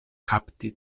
kapti